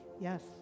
yes